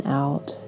out